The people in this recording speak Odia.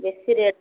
ବେଶୀ ରେଟ୍